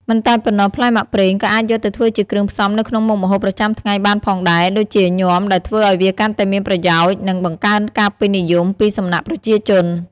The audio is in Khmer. មិនតែប៉ុណ្ណោះ ផ្លែមាក់ប្រេងក៏អាចយកទៅធ្វើជាគ្រឿងផ្សំនៅក្នុងមុខម្ហូបប្រចាំថ្ងៃបានផងដែរ ដូចជា ញាំ ដែលធ្វើឲ្យវាកាន់តែមានប្រយោជន៍ និងបង្កើនការពេញនិយមពីសំណាក់ប្រជាជន។